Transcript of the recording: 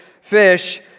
fish